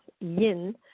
Yin